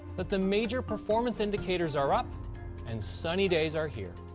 that the major performance indicators are up and sunny days are here.